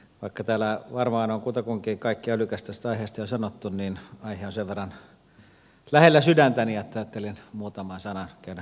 vaikka täällä varmaan on kutakuinkin kaikki älykäs tästä aiheesta jo sanottu niin aihe on sen verran lähellä sydäntäni että ajattelin muutaman sanan käydä minäkin sanomassa